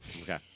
Okay